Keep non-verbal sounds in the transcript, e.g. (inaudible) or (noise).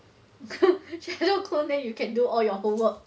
(laughs) shadow clone and then you can do all your homework